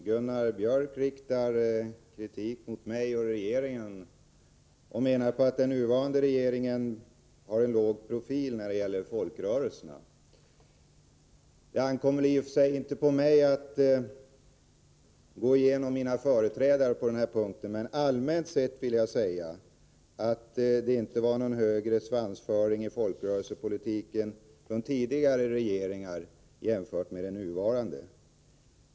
Herr talman! Gunnar Björk i Gävle riktar kritik mot mig och regeringen och menar att den nuvarande regeringen har en låg profil när det gäller folkrörelserna. Det ankommer i och för sig inte på mig att gå igenom mina företrädares insatser på det här området, men allmänt sett vill jag säga att det inte var någon högre svansföring i folkrörelsepolitiken hos tidigare regeringar jämfört med den nuvarande.